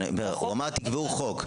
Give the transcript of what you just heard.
הוא אמר: תקבעו חוק.